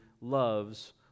loves